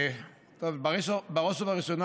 בראש ובראשונה,